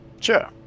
Sure